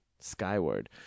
Skyward